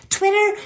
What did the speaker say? Twitter